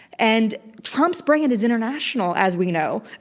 and trump's brand is international, as we know.